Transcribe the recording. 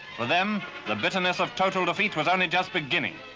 for them, the bitterness of total defeat was only just beginning.